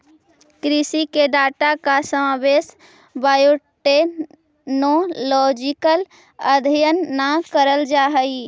कृषि के डाटा का समावेश बायोटेक्नोलॉजिकल अध्ययन ला करल जा हई